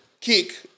kick